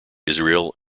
israel